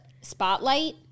spotlight